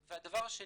והדבר השני